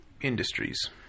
industries